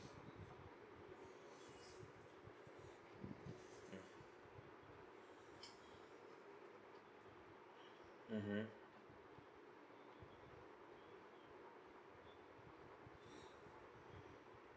mm mmhmm